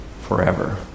forever